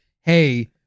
hey